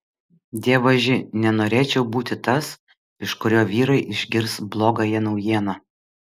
dievaži nenorėčiau būti tas iš kurio vyrai išgirs blogąją naujieną